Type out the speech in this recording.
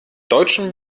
deutschen